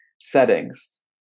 settings